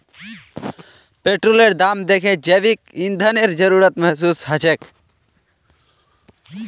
पेट्रोलेर दाम दखे जैविक ईंधनेर जरूरत महसूस ह छेक